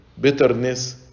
bitterness